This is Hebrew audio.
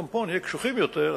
גם פה נהיה קשוחים יותר,